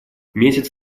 месяц